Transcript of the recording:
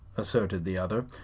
asserted the other.